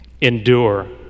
Endure